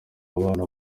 abana